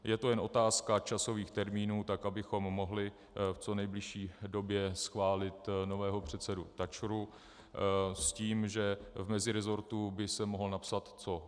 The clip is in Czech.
Je to jen otázka časových termínů, tak abychom mohli v co nejbližší době schválit nového předsedu TA ČR s tím, že v meziresortu by se mohlo napsat co?